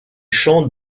champs